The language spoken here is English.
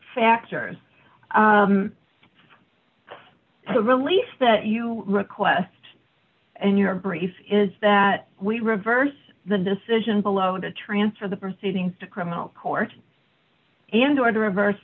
factors to release that you request and your brief is that we reverse the decision below to transfer the proceedings to criminal court and or to reverse